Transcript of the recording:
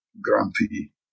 grumpy